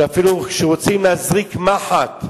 שאפילו כשרוצים להזריק מחט,